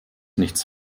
nichts